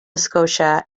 scotia